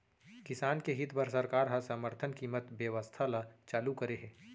किसान के हित बर सरकार ह समरथन कीमत बेवस्था ल चालू करे हे